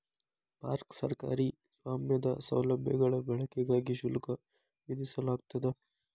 park ಸರ್ಕಾರಿ ಸ್ವಾಮ್ಯದ ಸೌಲಭ್ಯಗಳ ಬಳಕೆಗಾಗಿ ಶುಲ್ಕ ವಿಧಿಸಲಾಗ್ತದ